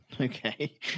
Okay